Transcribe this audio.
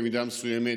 במידה מסוימת,